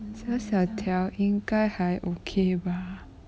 小小条应该还 okay 吧